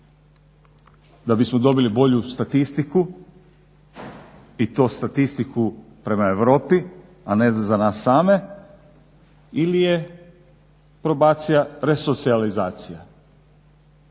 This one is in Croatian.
da bismo dobili bolju statistiku i to statistiku prema Europi a ne za nas same ili je probacija resocijalizacija?